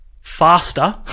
faster